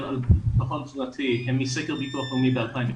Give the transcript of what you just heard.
על בטחון תזונתי הם מסקר ביטוח לאומי ב-2016,